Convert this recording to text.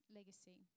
legacy